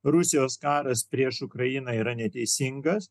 rusijos karas prieš ukrainą yra neteisingas